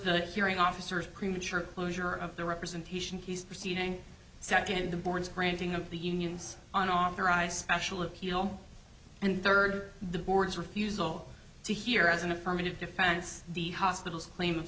the hearing officer is premature closure of the representation he's proceeding sat in the board's granting of the union's an authorized special appeal and third the board's refusal to hear as an affirmative defense the hospital's claim of